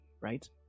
right